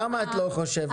למה את לא חושבת?